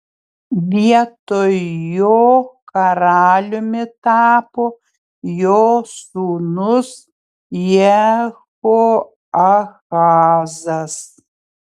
vietoj jo karaliumi tapo jo sūnus jehoahazas